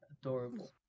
Adorable